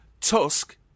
Tusk